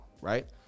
right